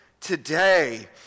today